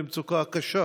למצוקה קשה